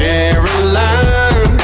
Caroline